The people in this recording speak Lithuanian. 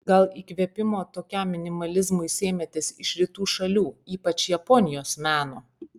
gal įkvėpimo tokiam minimalizmui sėmėtės iš rytų šalių ypač japonijos meno